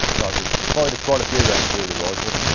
we've fired quite a few rounds through the rifle,